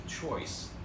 choice